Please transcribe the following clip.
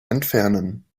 entfernen